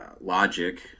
logic